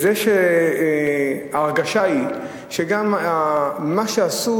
ההרגשה היא שגם מה שעשו,